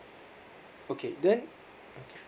okay then okay